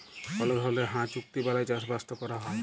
call ধরলের হাঁ চুক্তি বালায় চাষবাসট ক্যরা হ্যয়